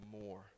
more